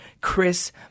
chris